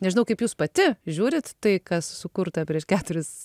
nežinau kaip jūs pati žiūrit tai kas sukurta prieš keturis